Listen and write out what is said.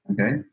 okay